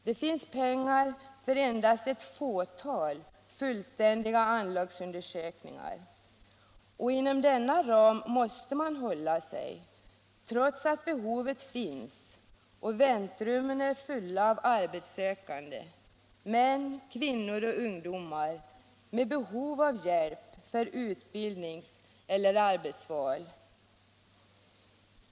Det finns pengar för endast ett fåtal fullständiga anlagsundersökningar och inom denna ram måste man hålla sig trots att behovet finns och väntrummen är fulla av arbetssökande män, kvinnor och ungdomar med behov av hjälp för utbildnings eller arbetsval.